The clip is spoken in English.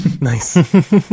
Nice